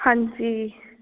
ਹਾਂਜੀ